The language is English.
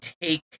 take